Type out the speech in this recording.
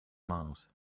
miles